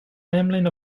timeline